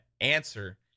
answer